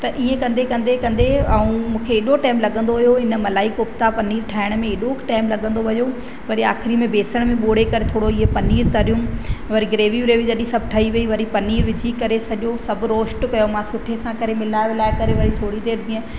त इहे कंदे कंदे कंदे ऐं मूंखे हेॾो टाइम लॻंदो हुयो इन मलाई कोफ़्ता पनीर ठाहिण में एॾो टाइम लॻंदो वियो वरी आख़िरी में बेसण में ॿोड़े करे थोरो इहा पनीर तरियमि वरी ग्रेवी व्रेवी सभु ठही वई वरी पनीर विझी करे सॼो सभु रोस्ट कयोमांसि सुठे सां मिलाए विलाए करे वरी थोरी देरि इहा